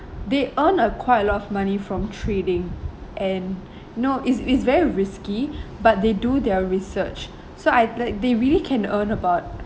they earn a quite a lot of money from trading and no it's it's very risky but they do their research so I like they really can earn about